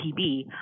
TB